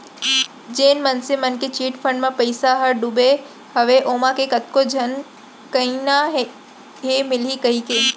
जेन मनसे मन के चिटफंड म पइसा ह डुबे हवय ओमा के कतको झन कहिना हे मिलही कहिके